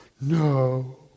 no